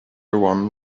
one